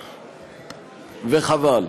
וחבל.